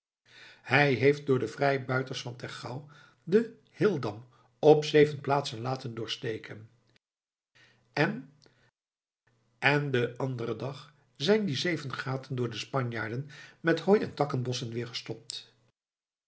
hij heeft door de vrijbuiters van tergouw den hildam op zeven plaatsen laten doorsteken en en den anderen dag zijn die zeven gaten door de spanjaarden met hooi en takkenbossen weer gestopt